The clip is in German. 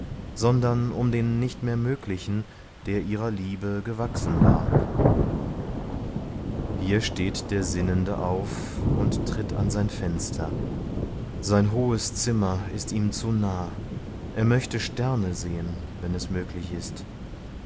sondern um den nicht mehr möglichen der ihrer liebe gewachsen war hier steht der sinnende auf und tritt an sein fenster sein hohes zimmer ist ihm zu nah er möchte sterne sehen wenn es möglich ist